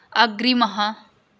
अग्रिमः